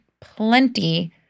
plenty